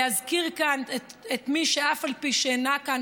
להזכיר כאן את מי שאף על פי שאינה כאן,